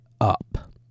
up